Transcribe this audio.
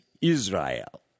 Israel